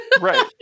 Right